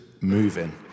moving